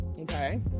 okay